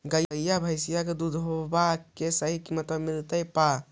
गईया भैसिया के दूधबा के सही किमतबा मिल पा?